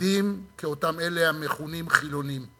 חרדים כאותם אלה המכונים חילונים,